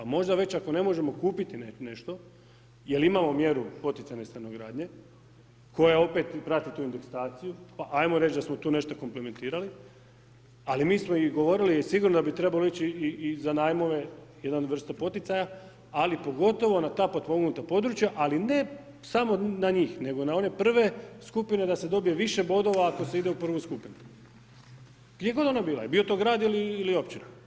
Možda već ako ne možemo kupiti nešto jer imamo mjeru poticajne stanogradnje koja opet prati tu indeksaciju pa ajmo reći da smo tu nešto komplementirali, ali mi smo i govorili sigurno da bi trebalo ići i za najmove jedan vrsta poticaja, ali pogotovo na ta potpomognuta područja, ali ne samo na njih, nego na one prve skupine da se dobije više bodova ako se ide u prvu skupinu, gdje god ona bila, i bio to grad ili općina.